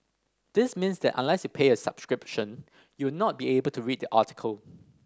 this means that unless you pay a subscription you will not be able to read the article